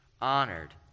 honored